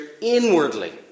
inwardly